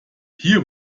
hier